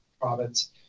province